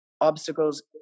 obstacles